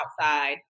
outside